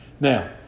Now